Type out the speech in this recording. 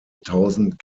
tausend